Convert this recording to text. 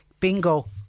Bingo